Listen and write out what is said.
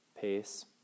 pace